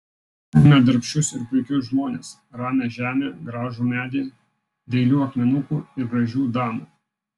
turime darbščius ir puikius žmones ramią žemę gražų medį dailių akmenukų ir gražių damų